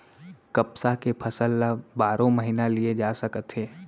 कपसा के फसल ल बारो महिना लिये जा सकत हे